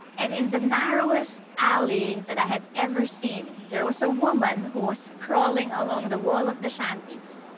and in the narrowest alley that i had ever seen, there was a woman who was crawling along the wall of the shanties,